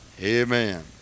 amen